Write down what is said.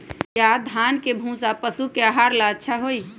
या धान के भूसा पशु के आहार ला अच्छा होई?